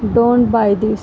don't buy this